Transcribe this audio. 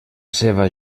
seva